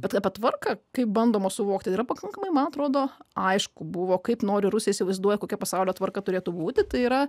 bet tvarka kaip bandoma suvokti yra pakankamai man atrodo aišku buvo kaip nori rusai įsivaizduoja kokia pasaulio tvarka turėtų būti tai yra